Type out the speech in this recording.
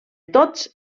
tots